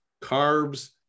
carbs